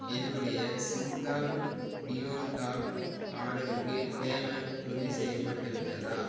என்னுடைய Cinthol deo talc ஆர்டருக்கு payment உறுதிசெய்யப்பட்டு விட்டதா